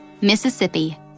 Mississippi